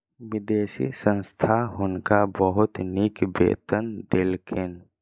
विदेशी संस्था हुनका बहुत नीक वेतन देलकैन